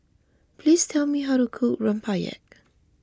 please tell me how to cook Rempeyek